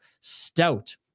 stout